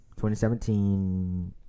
2017